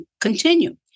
continue